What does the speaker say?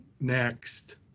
next